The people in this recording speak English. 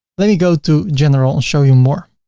let me go to general and show you more.